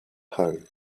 home